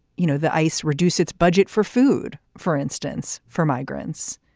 you know, the ice reduce its budget for food, for instance, for migrants.